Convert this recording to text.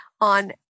on